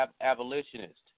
abolitionist